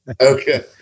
Okay